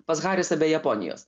pas harisą be japonijos